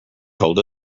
told